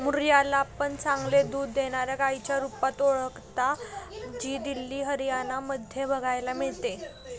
मुर्रा ला पण चांगले दूध देणाऱ्या गाईच्या रुपात ओळखता, जी दिल्ली, हरियाणा मध्ये बघायला मिळते